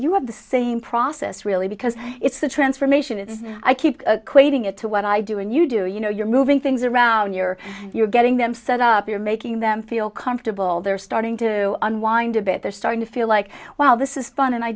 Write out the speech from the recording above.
you have the same process really because it's the transformation it's i keep quoting it to what i do and you do you know you're moving things around you're you're gay them set up you're making them feel comfortable they're starting to unwind a bit they're starting to feel like well this is fun and i